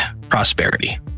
prosperity